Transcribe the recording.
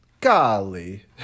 golly